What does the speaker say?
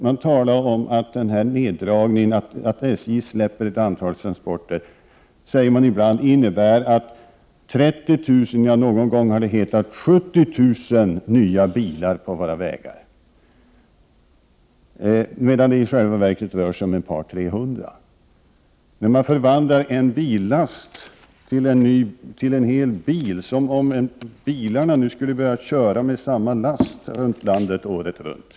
Man säger ibland att neddragningen — att SJ släpper ett antal transporter — innebär 30 000, någon gång har det talats om 70 000, nya bilar på våra vägar. Men i själva verket rör det sig om 200-300 bilar. Man förvandlar en billast till en hel bil, som om bilarna skulle börja köra med samma last ute i landet året runt.